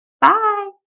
Bye